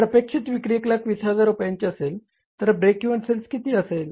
जर अपेक्षित विक्री 120000 रुपयांची असेल तर ब्रेक इव्हन सेल्स किती असेल